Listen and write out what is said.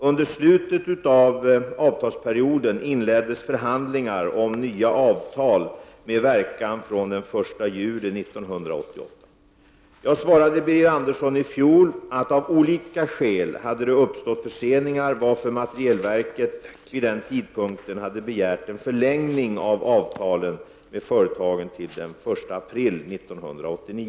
Under slutet av avtalsperioden inleddes förhandlingar om nya avtal med verkan från den 1 juli 1988. Av olika skäl uppstod emellertid förseningar, varför materielverket har begärt en förlängning av avtalen med företagen till den 1 april 1989.